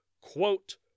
quote